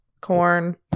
corn